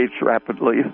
rapidly